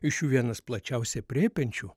iš jų vienas plačiausiai aprėpiančių